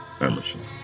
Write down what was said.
Emerson